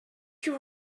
you